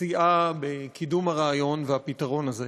שסייעה בקידום הרעיון והפתרון הזה.